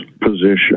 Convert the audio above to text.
position